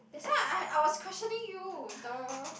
that why I I was questioning you duh